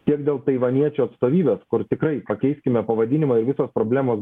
tiek dėl taivaniečių atstovybės kur tikrai pakeiskime pavadinimą ir visos problemos